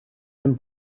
tym